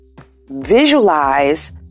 visualize